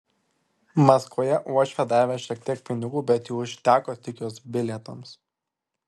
maskvoje uošvė davė šiek tiek pinigų bet jų užteko tik jos bilietams